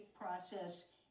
process